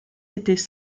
étaient